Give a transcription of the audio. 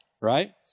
right